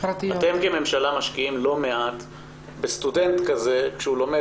אתם כממשלה משקיעים לא מעט בסטודנט כשהוא לומד